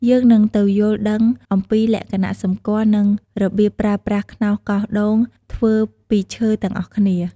យើងនឹងទៅយល់ដឹងអំពីលក្ខណៈសម្គាល់ និងរបៀបប្រើប្រាស់ខ្នោសកោសដូងធ្វើពីឈើទាំងអស់គ្នា។